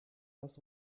was